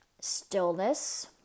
stillness